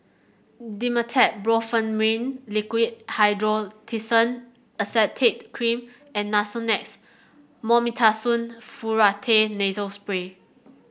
Dimetapp Brompheniramine Liquid Hydrocortisone Acetate Cream and Nasonex Mometasone Furoate Nasal Spray